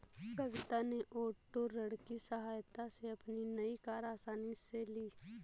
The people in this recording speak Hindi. कविता ने ओटो ऋण की सहायता से अपनी नई कार आसानी से ली